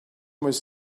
was